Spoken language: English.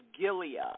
Gilead